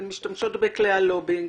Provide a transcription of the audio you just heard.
הן משתמשות בכלי הלובינג,